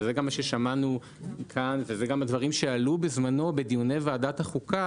וזה גם דברים שעלו בזמנו בדיונים ועדת החוקה